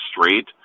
straight